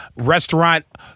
restaurant